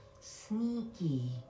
sneaky